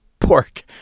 Pork